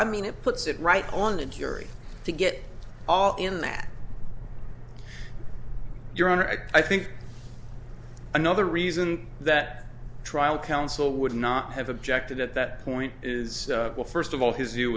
i mean it puts it right on the jury to get all in that your honor i think another reason that trial counsel would not have objected at that point is well first of all his view